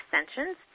extensions